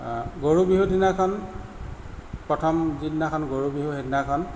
গৰু বিহুৰ দিনাখন প্ৰথম যিদিনাখন গৰু বিহু সেইদিনাখন